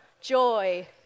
joy